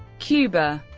cuba